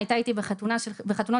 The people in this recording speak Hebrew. הייתה איתי בחתונות של חברות,